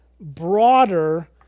broader